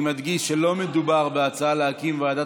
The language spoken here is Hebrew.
אני מדגיש שלא מדובר בהצעה להקים ועדת